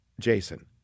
Jason